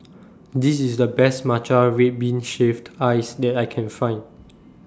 This IS The Best Matcha Red Bean Shaved Ice that I Can Find